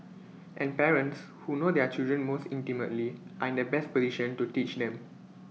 and parents who know their children most intimately are in the best position to teach them